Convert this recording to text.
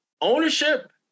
ownership